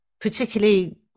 particularly